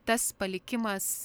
tas palikimas